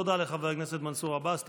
תודה לחבר הכנסת מנסור עבאס.